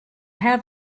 have